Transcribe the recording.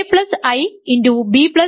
aI bI abI